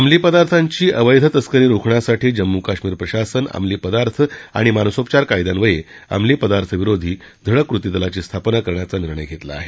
अंमली पदार्थांची अवधीतस्करी रोखण्यासाठी जम्मू कश्मीर प्रशासनानं अंमली पदार्थ आणि मानसोपचार कायद्यानव्ये अंमली पदार्थ विरोधी धडक कृती दलाची स्थापना करण्याचा निर्णय घेतला आहे